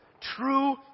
True